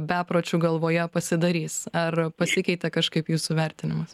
bepročių galvoje pasidarys ar pasikeitė kažkaip jūsų vertinimas